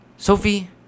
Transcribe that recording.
Sophie